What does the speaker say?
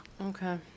okay